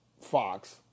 Fox